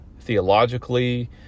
theologically